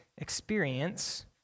Experience